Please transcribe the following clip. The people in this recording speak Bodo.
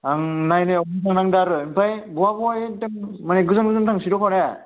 आं नायनायाव मोजां नांदो आरो ओमफाय बहा बहा माने गोजान गोजान थांसोगारो ने